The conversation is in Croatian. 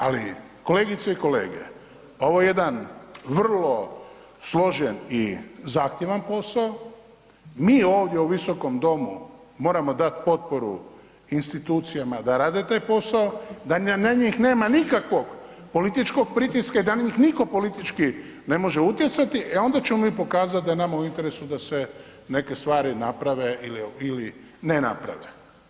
Ali kolegice i kolege, ovo je jedan vrlo složan i zahtjevan posao, mi ovdje u ovom visokom domu moramo dati potporu institucijama da rade taj posao, da na njih nema nikakvog političkog pritiska i da na njih nitko ne može utjecati, e onda ćemo mi pokazati da je nama u interesu da se neke stvari naprave ili ne naprave.